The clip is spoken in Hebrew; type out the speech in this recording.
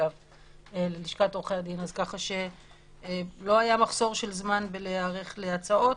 כך שלא היה מחסור בזמן בהיערכות להצעות.